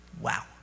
Wow